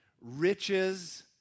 riches